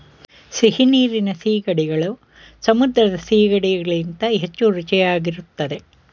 ಸಿಹಿನೀರಿನ ಸೀಗಡಿಗಳು ಸಮುದ್ರದ ಸಿಗಡಿ ಗಳಿಗಿಂತ ಹೆಚ್ಚು ರುಚಿಯಾಗಿರುತ್ತದೆ